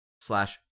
Slash